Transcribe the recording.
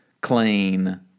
clean